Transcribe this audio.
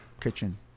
kitchen